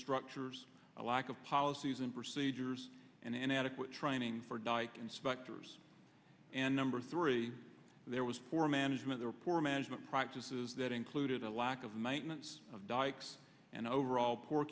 structures a lack of policies and procedures and inadequate training for dike inspectors and number three there was poor management or poor management practices that included a lack of maintenance of dikes and overall poor